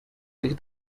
tych